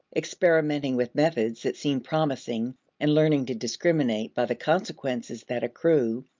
experimenting with methods that seem promising and learning to discriminate by the consequences that accrue,